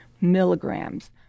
milligrams